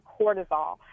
cortisol